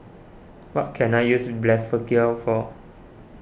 what can I use Blephagel for